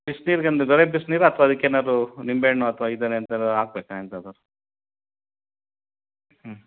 ಬಿಸ್ನೀರ್ಗೇನು ಬರೇ ಬಿಸಿನೀರಾ ಅಥವಾ ಅದಕ್ಕೇನಾದ್ರೂ ನಿಂಬೆ ಹಣ್ಣು ಅಥವಾ ಇದನ್ನು ಎಂಥಾದ್ರೂ ಹಾಕಬೇಕಾ ಎಂಥಾದ್ರು